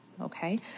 okay